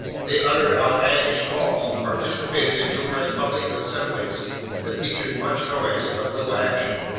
they uttered outlandish calls and participated in numerous public assemblies that featured much noise but little action.